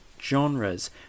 genres